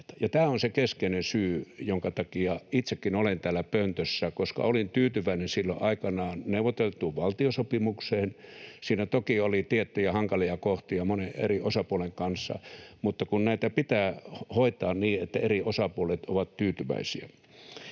tämä on se keskeinen syy, jonka takia itsekin olen täällä pöntössä: koska olin tyytyväinen silloin aikanaan neuvoteltuun valtiosopimukseen. Siinä toki oli tiettyjä hankalia kohtia monen eri osapuolen kanssa, mutta kun näitä pitää hoitaa niin, että eri osapuolet ovat tyytyväisiä.